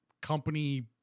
company